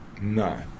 No